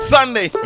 Sunday